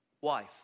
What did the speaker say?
wife